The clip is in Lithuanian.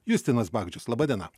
justinas bagdžius laba diena